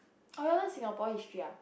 orh you all learn Singapore history ah